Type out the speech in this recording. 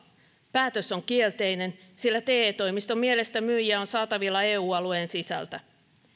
päätös on kielteinen sillä te toimiston mielestä myyjiä on saatavilla eu alueen sisältä